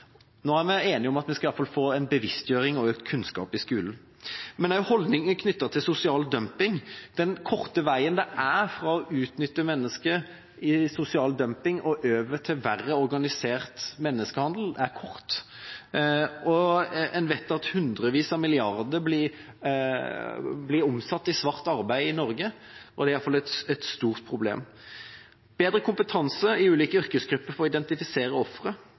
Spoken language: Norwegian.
Nå er vi enige om at vi iallfall skal få bevisstgjøring og kunnskap i skolen. Det er òg holdninger knyttet til sosial dumping. Veien fra å utnytte mennesker i sosial dumping og over til verre, organisert menneskehandel er kort. En vet at hundrevis av milliarder blir omsatt i svart arbeid i Norge, og det er iallfall et stort problem. Bedre kompetanse i ulike yrkesgrupper for å identifisere ofre